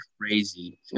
Crazy